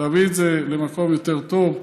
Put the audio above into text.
להביא את זה למקום יותר טוב,